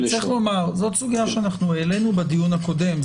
זאת סוגיה שהעלינו בדיון הקודם.